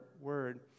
word